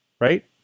right